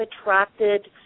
attracted